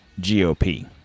GOP